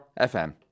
FM